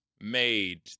made